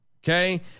Okay